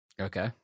Okay